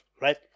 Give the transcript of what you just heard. right